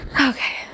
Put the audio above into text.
Okay